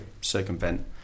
circumvent